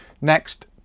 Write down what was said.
next